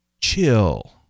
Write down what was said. Chill